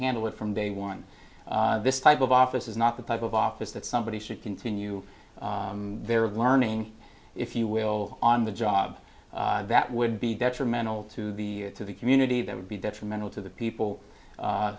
handle it from day one this type of office is not the type of office that somebody should continue their of learning if you will on the job that would be detrimental to the to the community that would be detrimental to the people